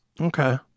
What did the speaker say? okay